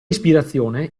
ispirazione